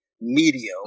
medium